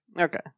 Okay